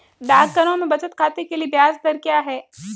डाकघरों में बचत खाते के लिए ब्याज दर क्या है?